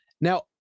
Now